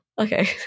Okay